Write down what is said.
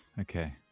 Okay